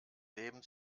leben